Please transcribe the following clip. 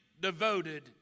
devoted